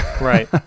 Right